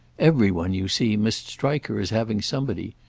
every one, you see, must strike her as having somebody.